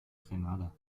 grenada